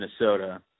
Minnesota